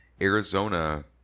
Arizona